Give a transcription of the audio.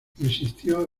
insistió